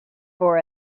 for